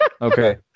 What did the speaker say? okay